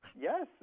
Yes